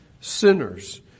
sinners